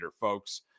folks